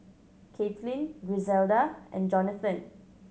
Caitlyn Griselda and Jonathan